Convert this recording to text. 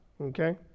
okay